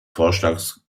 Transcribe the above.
vorschlags